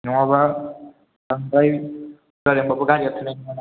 नङाब बांद्राय जालांबाबोथ' गारिया थोनाय नङा